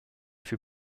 fut